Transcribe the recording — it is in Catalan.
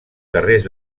carrers